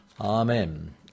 Amen